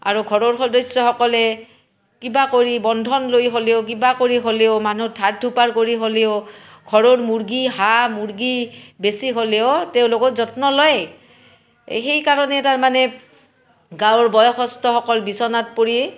আৰু ঘৰৰ সদস্যসকলে কিবা কৰি বন্ধন লৈও হ'লেও কিবা কৰি হ'লেও মানুহৰ ধাৰ ধুপাৰ কৰি হ'লেও ঘৰৰ মুৰ্গী হাঁহ মুৰ্গী বেচি হ'লেও তেওঁলোকে যত্ন লয় সেইকাৰণে তাৰ মানে গাঁৱৰ বয়সস্থসকল বিচনাত পৰিয়ে